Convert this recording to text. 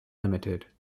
limited